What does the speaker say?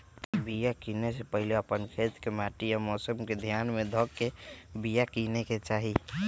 बिया किनेए से पहिले अप्पन खेत के माटि आ मौसम के ध्यान में ध के बिया किनेकेँ चाही